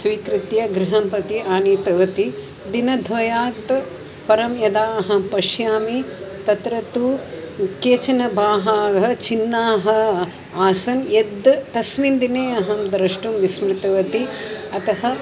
स्वीकृत्य गृहं प्रति आनीतवती दिनद्वयात् परं यदा अहं पश्यामि तत्र तु केचन बाहाः चिह्नाः आसन् यत् तस्मिन् दिने अहं द्रष्टुं विस्मृतवती अतः